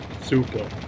Super